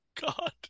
God